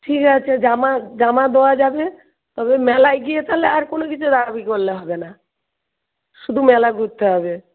ঠিক আছে জামা জামা দেওয়া যাবে তবে মেলায় গিয়ে তাহলে আর কোনও কিছু দাবি করলে হবে না শুধু মেলা ঘুরতে হবে